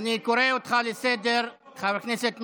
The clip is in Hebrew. אני קורא אותך לסדר, חבר הכנסת מלכיאלי.